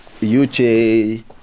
UJ